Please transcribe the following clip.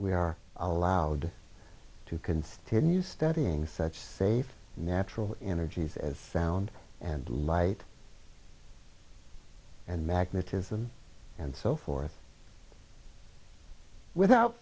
we are allowed to constrain you studying such safe natural energies as sound and light and magnetism and so forth without